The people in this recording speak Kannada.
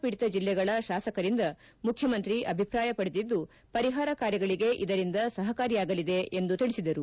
ಪೀಡಿತ ಜಿಲ್ಲೆಗಳ ಶಾಸಕರಿಂದ ಮುಖ್ಯಮಂತ್ರಿ ಅಭಿಪ್ರಾಯ ಪಡೆದಿದ್ದು ಪರಿಪಾರ ಕಾರ್ಯಗಳಿಗೆ ಇದರಿಂದ ಸಪಕಾರಿಯಾಗಲಿದೆ ಎಂದು ತಿಳಿಸಿದರು